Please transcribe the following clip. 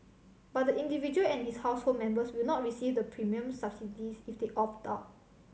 but the individual and his household members will not receive the premium subsidies if they opt out